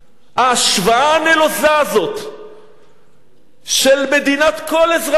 ההשוואה הנלוזה הזאת של מדינת כל אזרחיה,